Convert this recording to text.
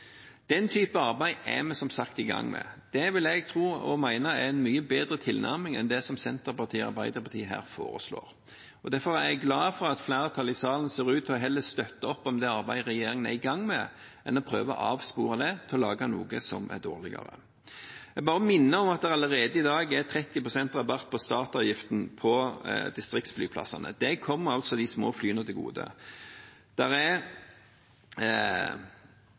Den type arbeid er vi som sagt i gang med. Det vil jeg tro, og mene, er en mye bedre tilnærming enn det som Senterpartiet og Arbeiderpartiet her foreslår. Derfor er jeg glad for at flertallet i salen heller ser ut til å støtte opp om det arbeidet regjeringen er i gang med, enn å prøve å avspore det til å lage noe som er dårligere. Jeg bare minner om at det allerede i dag er 30 pst. rabatt på startavgiften på distriktsflyplassene. Det kommer altså de små flyene til gode. Det er